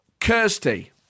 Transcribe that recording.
Kirsty